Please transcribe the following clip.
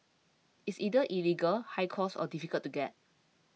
it's either illegal high cost or difficult to get